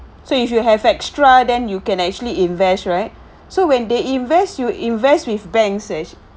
so if you have extra then you can actually invest right so when they invest you invest with banks eh